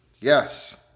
Yes